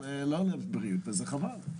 אבל לא לבריאות וזה חבל.